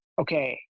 okay